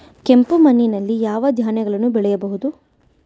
ಕೆಂಪು ಮಣ್ಣಲ್ಲಿ ಯಾವ ಧಾನ್ಯಗಳನ್ನು ಬೆಳೆಯಬಹುದು?